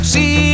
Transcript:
See